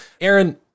Aaron